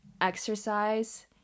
exercise